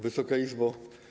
Wysoka Izbo!